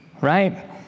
right